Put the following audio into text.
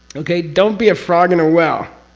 okay, don't be a frog in a well.